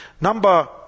Number